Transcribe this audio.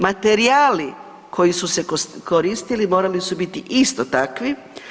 Materijali koji su se koristili morali su biti isto takvi.